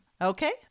okay